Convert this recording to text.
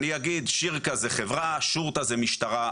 אני אגיד, "שירקה" זה חברה, "שורטה" זה משטרה.